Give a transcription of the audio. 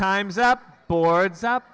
time's up boards up